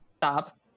stop